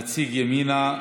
נציג ימינה,